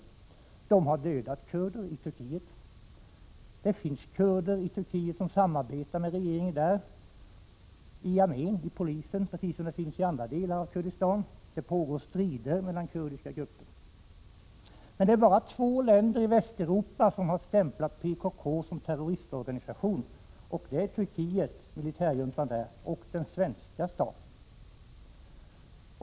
Man har dödat kurder i Turkiet. Det finns kurder i Turkiet som samarbetar med den turkiska regeringen, armén och polisen, precis som i andra delar av Kurdistan. Det pågår strider mellan olika kurdiska grupper. Men det är bara två länder i Europa som har stämplat PKK som terroristorganisation, och det är militärjuntans Turkiet och den svenska staten.